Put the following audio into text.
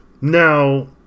Now